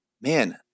man